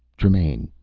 tremaine,